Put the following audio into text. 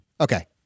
Okay